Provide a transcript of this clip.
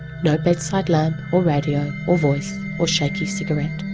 no bedside lamp or radio or voice or shaky cigarette,